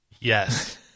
yes